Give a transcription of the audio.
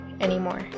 anymore